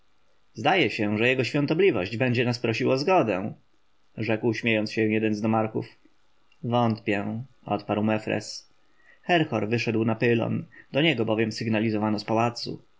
zdaje się że jego świątobliwość będzie nas prosił o zgodę rzekł śmiejąc się jeden z nomarchów wątpię odparł mefres herhor wyszedł na pylon do niego bowiem sygnalizowano z pałacu